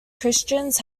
christians